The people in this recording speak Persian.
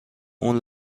اون